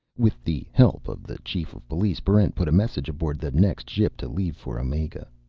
with the help of the chief of police, barrent put a message aboard the next ship to leave for omega.